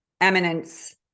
eminence